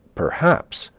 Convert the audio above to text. perhaps,